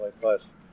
Plus